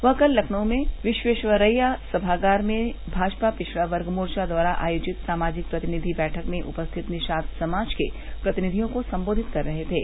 वह कल लखनऊ में विखयेस्वरैया सभागार में भाजपा पिछड़ा वर्ग मोर्चा द्वारा आयोजित सामाजिक प्रतिनिधि बैठक में उपस्थित निषाद समाज के प्रतिनिधियों को संबोधित कर रहे थे